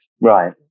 Right